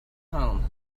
home